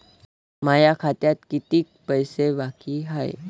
माया खात्यात कितीक पैसे बाकी हाय?